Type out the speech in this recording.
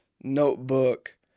notebook